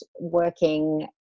working